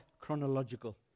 chronological